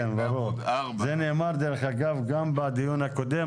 זה לא מתקבל על הדעת.